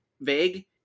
vague